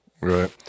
Right